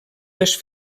les